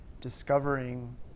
discovering